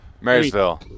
Marysville